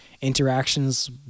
interactions